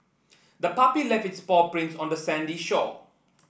the puppy left its paw prints on the sandy shore